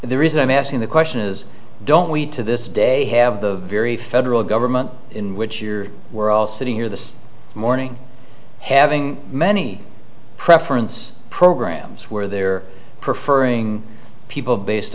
the reason i'm asking the question is don't we to this day have the very federal government in which you're we're all sitting here this morning having many preference programs where they're p